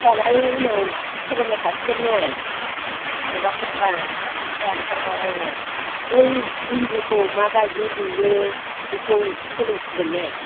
होनबालाय उनाव सोलोंबाय थासिगोन ने माबाखांबा फिसा ओंखारबा औ औ बै इन्दिखौ मा बायदि लुयो बेखौ सोलोंसिगोन ने